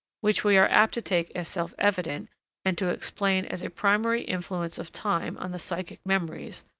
which we are apt to take as self-evident and to explain as a primary influence of time on the psychic memories,